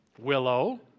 Willow